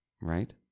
right